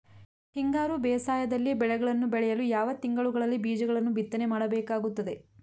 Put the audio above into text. ಹಿಂಗಾರು ಬೇಸಾಯದಲ್ಲಿ ಬೆಳೆಗಳನ್ನು ಬೆಳೆಯಲು ಯಾವ ತಿಂಗಳುಗಳಲ್ಲಿ ಬೀಜಗಳನ್ನು ಬಿತ್ತನೆ ಮಾಡಬೇಕಾಗುತ್ತದೆ?